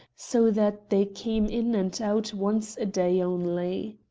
so that they came in and out once a day only.